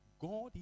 God